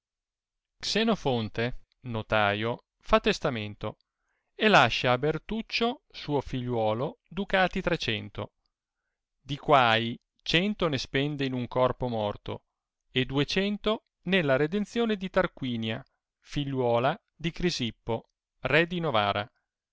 xenofonte notaio fa testamento e lascia a bertuccio suo figliuolo ducati trecento di quai cento ne spende in un corpo morto e ducento nella redenzione di tarquinia figliuola di crisippo re di novara